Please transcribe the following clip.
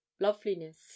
Loveliness